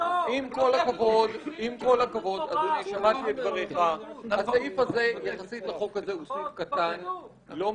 (ב)מידע כאמור בסעיף קטן (א) יוגש בצירוף